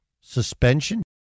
suspension